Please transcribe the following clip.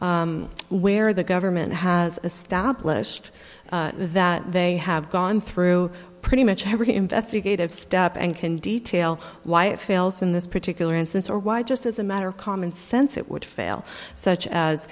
where where the government has established that they have gone through pretty much every investigative step and can detail why it fails in this particular instance or why just as a matter of common sense it would fail such as